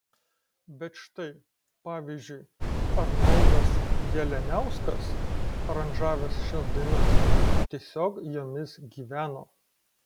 bet štai pavyzdžiui arnoldas jalianiauskas aranžavęs šias dainas tiesiog jomis gyveno